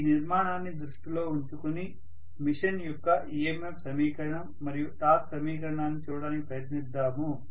ఈ నిర్మాణాన్ని దృష్టిలో ఉంచుకుని మెషిన్ యొక్క EMF సమీకరణం మరియు టార్క్ సమీకరణాన్ని చూడటానికి ప్రయత్నిద్దాము